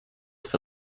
for